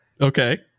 Okay